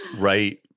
Right